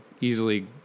easily